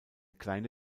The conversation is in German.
kleine